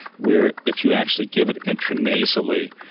where if you actually give it intranasally,